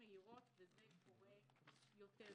ומהירות יחסית, וזה קורה יותר.